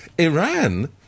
Iran